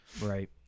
Right